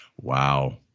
wow